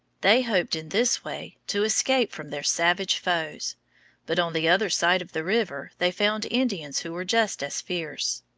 they hoped in this way to escape from their savage foes but on the other side of the river they found indians who were just as fierce.